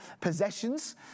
possessions